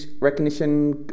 recognition